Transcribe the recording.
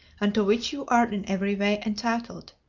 and to which you are in every way entitled.